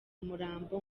umurambo